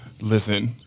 listen